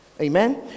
Amen